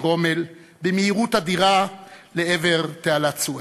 רומל במהירות אדירה לעבר תעלת סואץ.